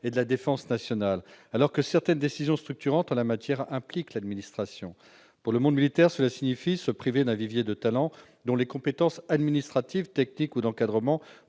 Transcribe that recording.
et de la défense nationale, alors que certaines décisions structurantes en la matière impliquent l'administration. Pour le monde militaire, cela signifie se priver d'un vivier de talents dont les compétences administratives, techniques ou d'encadrement